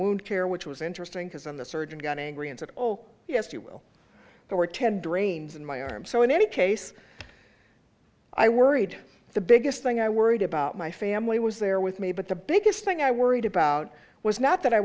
care which was interesting because on the surgeon got angry and said oh yes you will there were ten drains in my arm so in any case i worried the biggest thing i worried about my family was there with me but the biggest thing i worried about was not that i